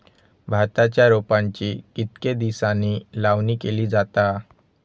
भाताच्या रोपांची कितके दिसांनी लावणी केली जाता?